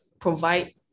provide